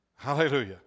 Hallelujah